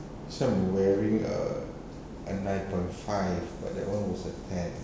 so I'm wearing err a nine point five but that [one] was a ten